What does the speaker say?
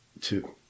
Two